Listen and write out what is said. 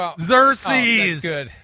Xerxes